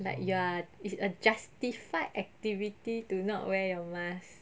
like you're it's a justified activity to not wear your mask